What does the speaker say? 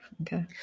Okay